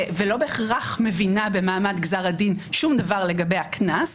ולא בהכרח מבינה במעמד גזר הדין שום דבר לגבי הקנס,